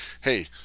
hey